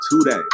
today